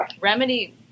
Remedy